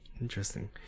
interesting